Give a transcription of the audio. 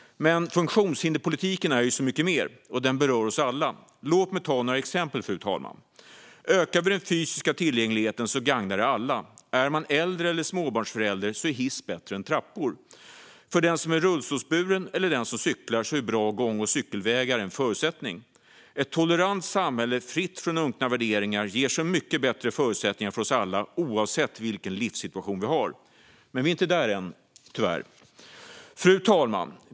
Men funktionshinderspolitiken är så mycket mer, och den berör oss alla. Låt mig ta några exempel, fru talman. Ökar vi den fysiska tillgängligheten gagnar det alla. För äldre eller småbarnsföräldrar är hiss bättre än trappor. För den som är rullstolsburen eller den som cyklar är bra gång och cykelvägar en förutsättning. Ett tolerant samhälle fritt från unkna värderingar ger så mycket bättre förutsättningar för oss alla oavsett vilken livssituation vi har. Men vi är inte där än, tyvärr. Fru talman!